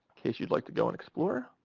case you'd like to go and explore.